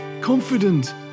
confident